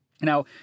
Now